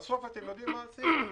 אתם יודעים מה עשינו?